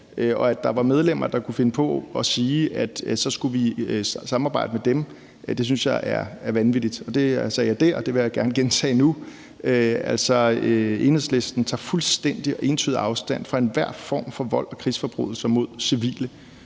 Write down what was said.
Og at der var medlemmer, der kunne finde på at sige, at så skulle vi samarbejde med dem, synes jeg er vanvittig, og det sagde jeg der, og det vil jeg gerne gentage nu. Enhedslisten tager fuldstændig og entydigt afstand fra enhver form for vold og krigsforbrydelser mod civile,